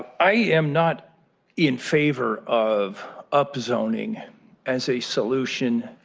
i am not in favor of upzoning as a solution